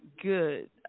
good